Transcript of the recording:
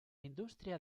industria